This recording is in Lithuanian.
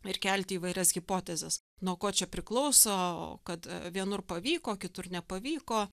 ir kelti į įvairias hipotezes nuo ko čia priklauso kad vienur pavyko kitur nepavyko